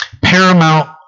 paramount